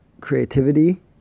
creativity